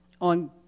on